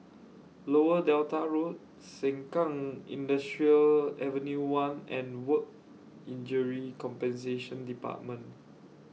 Lower Delta Road Sengkang Industrial Avenue one and Work Injury Compensation department